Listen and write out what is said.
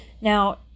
Now